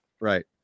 Right